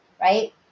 right